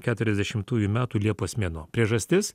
keturiasdešimtųjų metų liepos mėnuo priežastis